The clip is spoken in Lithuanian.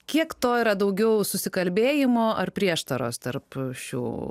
kiek to yra daugiau susikalbėjimo ar prieštaros tarp šių